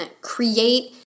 create